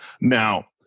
Now